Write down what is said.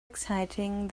exciting